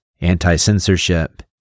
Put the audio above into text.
anti-censorship